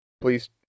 please